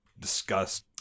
discussed